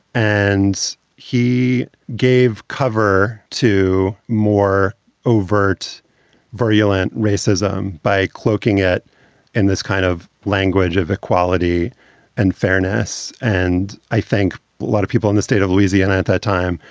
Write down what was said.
and he gave cover to more overt vermaelen racism by cloaking it in this kind of language of equality and fairness. and i think a lot of people in the state of louisiana at the time,